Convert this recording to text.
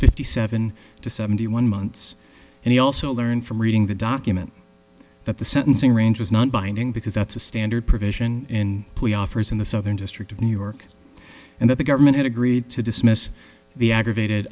fifty seven to seventy one months and he also learned from reading the document that the sentencing range was non binding because that's a standard provision in plea offers in the southern district of new york and that the government had agreed to dismiss the aggravated